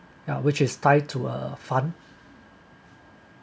ya which is tied to a fund